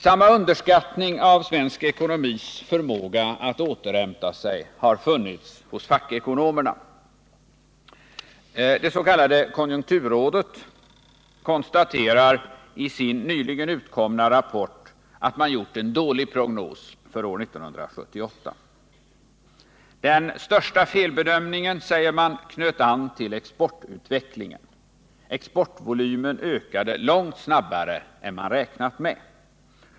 Samma underskattning av svensk ekonomis förmåga att återhämta sig har funnits hos fackekonomerna. Det s.k. konjunkturrådet konstaterar i sin nyligen utkomna rapport att man gjort en dålig prognos för år 1978. Den största felbedömningen, säger man, knöt an till exportutvecklingen. Exportvolymen ökade långt snabbare än man räknat med.